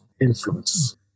influence